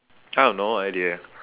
I have no idea